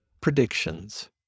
Predictions